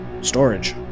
storage